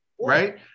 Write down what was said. right